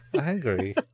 Angry